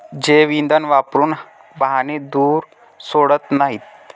जैवइंधन वापरून वाहने धूर सोडत नाहीत